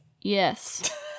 yes